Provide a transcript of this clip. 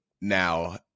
now